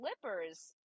Slippers